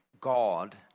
God